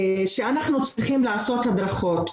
שאנחנו צריכים לעשות הדרכות,